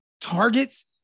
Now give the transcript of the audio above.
targets